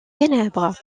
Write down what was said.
ténèbres